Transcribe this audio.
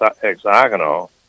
hexagonal